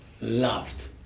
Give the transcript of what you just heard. Loved